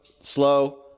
Slow